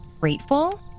grateful